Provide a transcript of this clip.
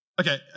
Okay